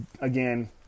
again